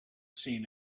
seen